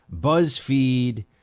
BuzzFeed